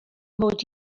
mod